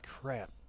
crap